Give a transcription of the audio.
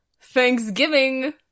Thanksgiving